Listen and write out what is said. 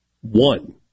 one